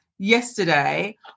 Yesterday